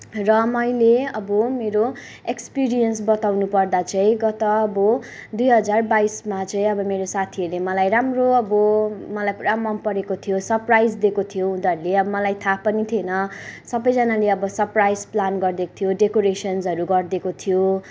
र मैले अब मेरो एक्सपिरियन्स बताउनुपर्दा चाहिँ गत अब दुई हजार बाइसमा चाहिँ अब मेरो साथीहरूले मलाई राम्रो अब मलाई पुरा मनपरेको थियो सरप्राइज दिएको थियो उनीहरूले अब मलाई थाह पनि थिएन सबैजनाले अब सरप्राइज प्लान गरिदिएको थियो डेकोरेसन्सहरू गरिदिएको थियो